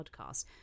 podcast